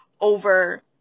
over